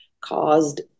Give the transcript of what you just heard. caused